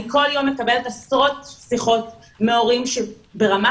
אני כל יום מקבלת עשרות שיחות מהורים שבוכים